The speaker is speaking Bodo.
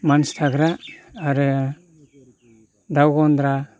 मानसि थाग्रा आरो दाउ गनद्रा